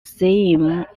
same